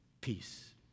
peace